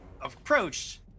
approached